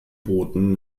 booten